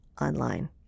online